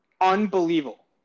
unbelievable